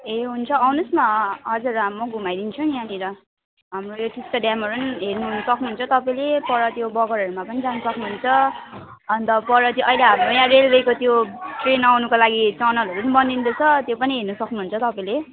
ए हुन्छ आउनुहोस् न हजुर हाम्रो घुमाइदिन्छु नि यहाँनिर हाम्रो यो टिस्टा ड्यामहरू नि हेर्नु सक्नुहुन्छ तपाईँले पर त्यो बगरहरूमा पनि जान सक्नुहुन्छ अन्त पर त्यो अहिले हाम्रो यहाँ रेलवेको त्यो ट्रेन आउन टनलहरू नि बनिँदैछ त्यो पनि हेर्न सक्नुहुन्छ तपाईँले